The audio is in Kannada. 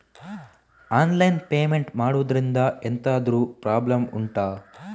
ಆನ್ಲೈನ್ ಪೇಮೆಂಟ್ ಮಾಡುದ್ರಿಂದ ಎಂತಾದ್ರೂ ಪ್ರಾಬ್ಲಮ್ ಉಂಟಾ